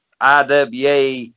IWA